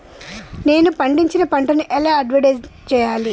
నేను పండించిన పంటను ఎలా అడ్వటైస్ చెయ్యాలే?